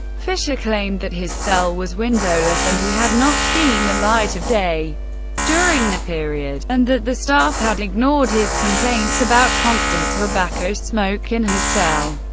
fischer claimed that his cell was windowless and he had not seen the light of day during that period, and that the staff had ignored his complaints about constant tobacco smoke in his cell.